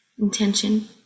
intention